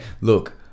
Look